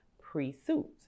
pre-suit